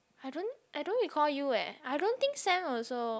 I don't I don't recall you eh I don't think Sam also